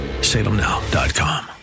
salemnow.com